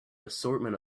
assortment